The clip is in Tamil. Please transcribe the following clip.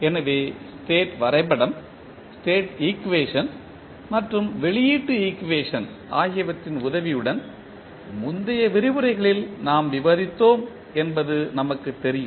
எனவே ஸ்டேட் வரைபடம் ஸ்டேட் ஈக்குவேஷன் மற்றும் வெளியீட்டு ஈக்குவேஷன் ஆகியவற்றின் உதவியுடன் முந்தைய விரிவுரைகளில் நாம் விவாதித்தோம் என்பது நமக்குத் தெரியும்